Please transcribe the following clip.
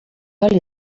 oli